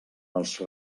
els